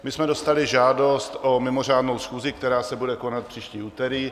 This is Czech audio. My jsme dostali žádost o mimořádnou schůzi, která se bude konat příští úterý.